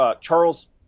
Charles